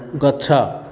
ଗଛ